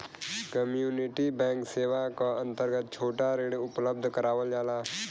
community bank सेवा क अंतर्गत छोटा ऋण उपलब्ध करावल जाला